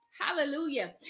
hallelujah